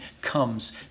comes